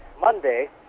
Monday